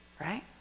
right